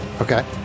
Okay